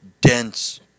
dense